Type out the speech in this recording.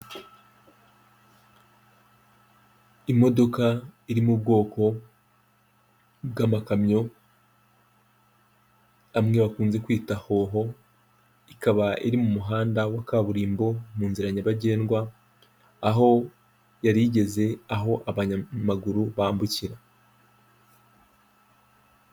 Imodoka iri mu bwoko bw'amakamyo amwe bakunze kwita hoho ikaba iri mu muhanda wa kaburimbo, mu nzira nyabagendwa aho yari igeze aho abanyamaguru bambukira.